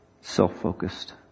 self-focused